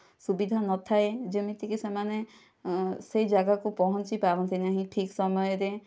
ସୁବିଧା ନଥାଏ ଯେମିତିକି ସେମାନେ ସେ ଜାଗାକୁ ପହଞ୍ଚି ପାରନ୍ତି ନାହିଁ ଠିକ୍ ସମୟରେ